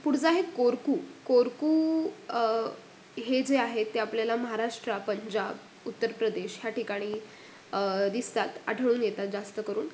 पुढचा आहे कोरकू कोरकू हे जे आहे ते आपल्याला महाराष्ट्र पंजाब उत्तर प्रदेश ह्या ठिकाणी दिसतात आढळून येतात जास्त करून